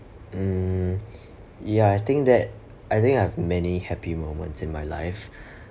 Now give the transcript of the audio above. mm ya I think that I think I've many happy moments in my life